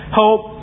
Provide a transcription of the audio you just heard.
hope